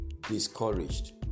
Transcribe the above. discouraged